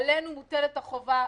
עלינו מוטלת החובה,